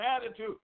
attitude